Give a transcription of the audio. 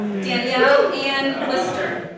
danielle anne lister